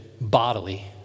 bodily